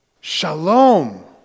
Shalom